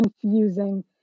confusing